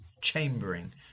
chambering